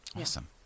awesome